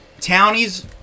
townies